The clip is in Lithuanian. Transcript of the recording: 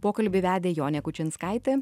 pokalbį vedė jonė kučinskaitė